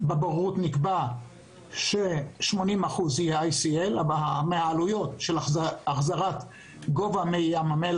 בבוררות נקבע יושב-ראש-80% מהעלויות של החזרת גובה פני המים